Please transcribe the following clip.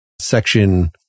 section